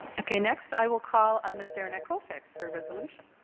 okay, next i will call on mrs. derenak-kaufax for a resolution.